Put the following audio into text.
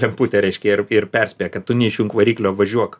lemputė reiškia ir ir perspėja kad tu neišjunk variklio važiuok